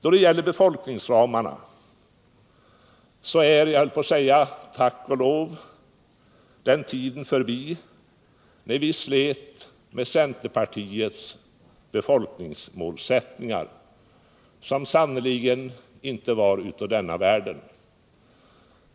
I fråga om befolkningsramarna är, jag höll på att säga tack och lov, den tiden förbi när vi slet med centerpartiets befolkningsmål, som sannerligen inte var av denna världen.